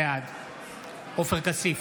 בעד עופר כסיף,